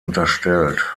unterstellt